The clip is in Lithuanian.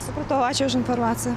supratau ačiū už informaciją